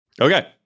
okay